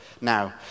now